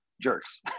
jerks